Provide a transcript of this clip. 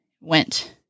went